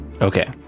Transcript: okay